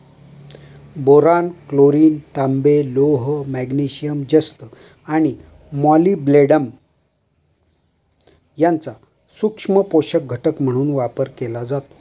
boron, chlorine, तांबे, लोह, magnesium, जस्त आणि मॉलिब्डेनम यांचा सूक्ष्म पोषक घटक म्हणून वापर केला जातो